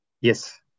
Yes